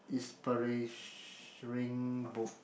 book